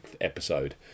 episode